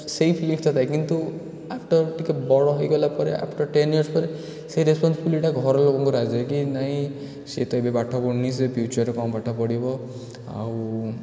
ସେଇ ଫିଲିଙ୍ଗ୍ସ୍ଟା ଥାଏ କିନ୍ତୁ ଆଫ୍ଟର୍ ଟିକିଏ ବଡ଼ ହୋଇଗଲା ପରେ ଆଫ୍ଟର୍ ଟେନ୍ ଇୟର୍ସ୍ ପରେ ସେ ରେସ୍ପନ୍ଶୀବିଲିଟିଟା ଘର ଲୋକଙ୍କର ଆସିଯାଏ କି ନାହିଁ ସେ ତ ଏବେ ପାଠ ପଢ଼ୁନି ସେ ଫ୍ୟୁଚର୍ରେ କ'ଣ ପାଠ ପଢ଼ିବ ଆଉ